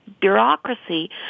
bureaucracy